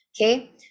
okay